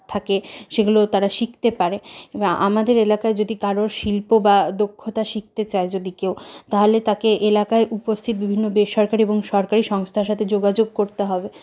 থাকে সেগুলো তারা শিখতে পারে আমাদের এলাকায় যদি কারোর শিল্প বা দক্ষতা শিখতে চায় যদি কেউ তাহলে তাকে এলাকায় উপস্থিত বিভিন্ন বেসরকারি এবং সরকারি সংস্থার সাথে যোগাযোগ করতে হবে